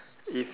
it's